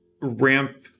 ramp